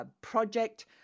project